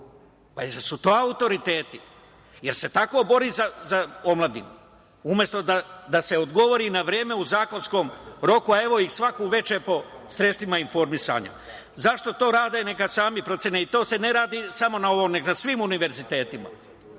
Jesu li to autoriteti? Jel se tako bori za omladinu? Umesto da se odgovori na vreme u zakonskom roku, a evo ih svako veče po sredstvima informisanja. Zašto to rade neka sami procene. To se ne radi samo na ovom, nego na svim univerzitetima